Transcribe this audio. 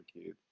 kids